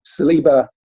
Saliba